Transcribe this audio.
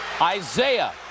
Isaiah